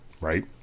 Right